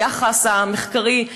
היחס המחקרי,